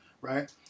right